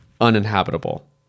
uninhabitable